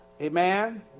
amen